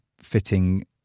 fitting